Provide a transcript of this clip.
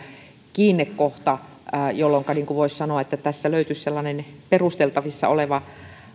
kiinnekohta jolloinka voisi sanoa että löytyisi sellainen perusteltavissa oleva